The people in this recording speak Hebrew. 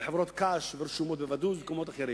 וחברות קש הרשומות בוודוז ובמקומות אחרים.